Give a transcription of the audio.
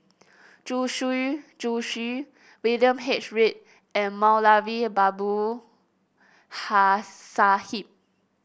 Zhu Xu Zhu Xu William H Read and Moulavi Babu Ha Sahib